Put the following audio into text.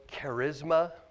charisma